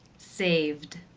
saved.